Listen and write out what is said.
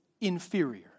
inferior